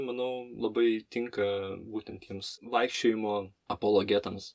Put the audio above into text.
manau labai tinka būtent tiems vaikščiojimo apologetams